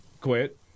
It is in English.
quit